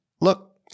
look